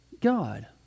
God